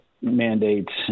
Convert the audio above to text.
mandates